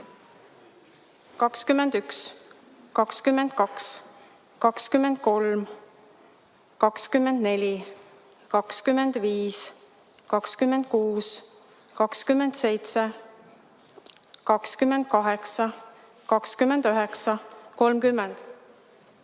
21, 22, 23, 24, 25, 26, 27, 28, 29, 30,